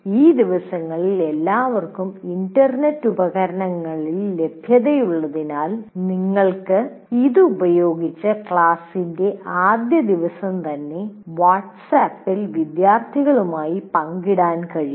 ഈ ദിവസങ്ങളിൽ എല്ലാവർക്കും ഇൻറർനെറ്റ് ഉപകരണങ്ങളിൽ ലഭൃതയുള്ളതിനാൽ നിങ്ങൾക്ക് ഇത് ഉപയോഗിച്ച് ക്ലാസിന്റെ ആദ്യ ദിവസം തന്നെ വാട്ട്സ്ആപ്പിൽ വിദ്യാർത്ഥികളുമായി പങ്കിടാൻ കഴിയും